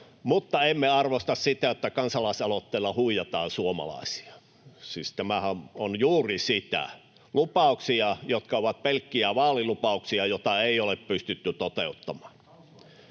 Mutta emme arvosta sitä, että kansalaisaloitteella huijataan suomalaisia. Siis tämähän on juuri sitä: lupauksia, jotka ovat pelkkiä vaalilupauksia, joita ei ole pystytty toteuttamaan.